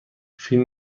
فیلم